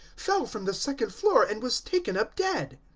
fell from the second floor and was taken up dead.